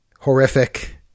horrific